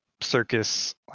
circus